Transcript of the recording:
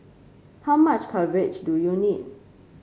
how much coverage do you need